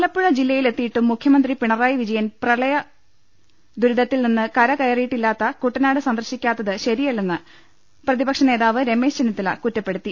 ആലപ്പുഴ ജില്ലയിലെത്തിയിട്ടും മുഖ്യമന്ത്രി പിണറായി വിജയൻ പ്രളയ ദുരിതത്തിൽനിന്ന് കരകയറിയിട്ടില്ലാത്ത കൂട്ടനാട് സന്ദർശിക്കാത്തത് ശരി യല്ലെന്ന് പ്രതിപക്ഷനേതാവ് രമേശ് ചെന്നിത്തല കുറ്റപ്പെടുത്തി